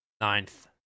ninth